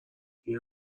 این